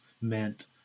meant